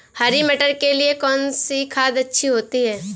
हरी मटर के लिए कौन सी खाद अच्छी होती है?